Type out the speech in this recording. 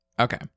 Okay